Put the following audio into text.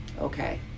okay